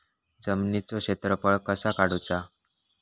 जमिनीचो क्षेत्रफळ कसा काढुचा?